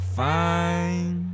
fine